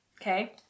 okay